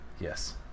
Yes